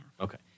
Okay